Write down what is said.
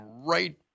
right